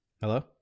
Hello